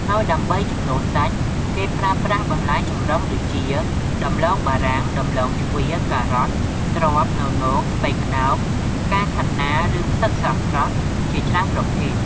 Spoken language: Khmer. ហើយដើម្បីជំនួសសាច់ គេប្រើប្រាស់បន្លែចម្រុះដូចជា ដំឡូងបារាំង ដំឡូងជ្វា ការ៉ុត ត្រប់ ននោង ស្ពៃក្ដោប ផ្កាខាត់ណា ឬផ្សិតស្រស់ៗជាច្រើនប្រភេទ។